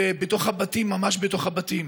וממש בתוך בתים.